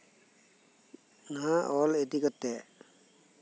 ᱚᱱᱟ ᱚᱞ ᱤᱫᱤ ᱠᱟᱛᱮᱜ